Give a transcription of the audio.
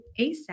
ASAP